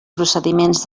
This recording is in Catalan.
procediments